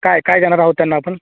काय काय देणार आहोत त्यांना आपण